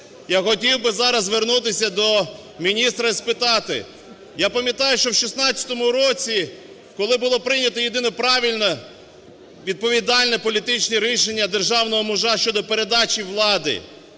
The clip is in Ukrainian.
Я хотів би зараз звернутися до міністра і спитати. Я пам'ятаю, що в 16-му році, коли було прийняте єдине правильне, відповідальне політичне рішення державного мужа щодо передачі влади,